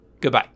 Goodbye